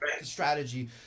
Strategy